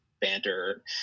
banter